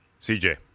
CJ